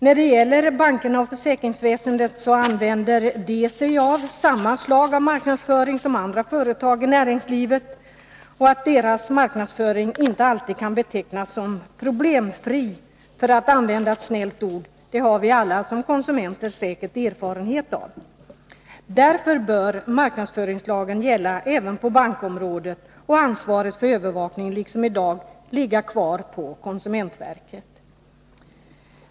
Vad beträffar bankerna och försäkringsföretagen använder man där samma slag av marknadsföring som i andra företag i näringslivet. Och att deras marknadsföring inte alltid kan betecknas som ”problemfri” — för att använda ett snällt ord — det har vi alla som konsumenter säkert erfarenhet av. Därför bör marknadsföringslagen gälla även på bankområdet och ansvaret för övervakningen liksom i dag ligga kvar på konsumentverket.